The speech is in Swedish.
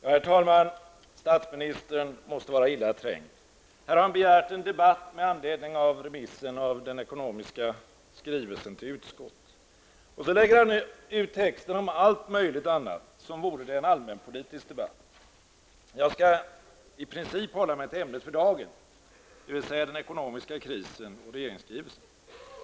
Herr talman! Statsministern måste vara illa trängd. Här har han begärt en debatt med anledning av remissen av den ekonomiska skrivelsen till utskottet. Sedan lägger han ut texten om allt möjligt annat som om det vore en allmänpolitisk debatt. Jag skall i princip hålla mig till ämnet för dagen, dvs. den ekonomiska krisen, regeringskrisen.